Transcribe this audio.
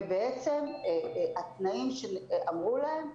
ובעצם התנאים שאמרו להם,